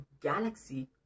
galaxy